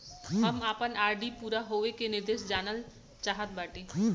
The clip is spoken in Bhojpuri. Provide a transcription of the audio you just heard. हम अपने आर.डी पूरा होवे के निर्देश जानल चाहत बाटी